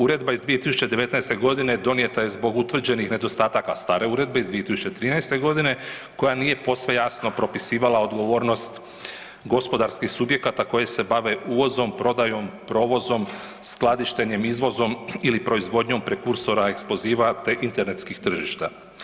Uredba iz 2019. g. donijeta zbog utvrđenih nedostataka stare uredbe iz 2013. g. koja nije posve jasno propisivala odgovornost gospodarskih subjekata koje se bave uvozom, prodajom, provozom, skladištenjem izvozom ili proizvodnjom prekursora eksploziva te internetskih tržišta.